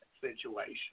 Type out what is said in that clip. situation